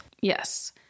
Yes